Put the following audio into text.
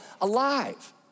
alive